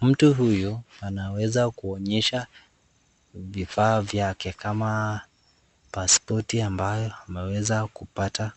Mtu huyu anaweza kuonyesha vifaa vyake kama pasipoti ambayo ameweza kupata